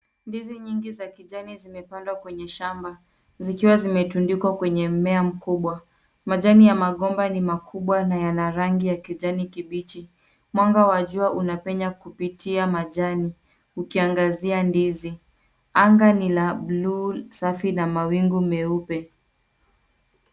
Ndizi nyingi za kijani zimepandwa kwenye shamba. Zikiwa zimetundikwa kwenye mmea mkubwa. Majani ya magomba ni makubwa na yana rangi ya kijani kibichi. Mwanga wa jua unapenya kupitia majani, ukiangazia ndizi. Anga ni la blue safi na mawingu meupe.